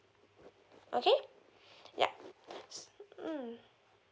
okay yup mm